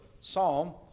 Psalm